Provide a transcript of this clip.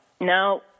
now